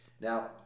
Now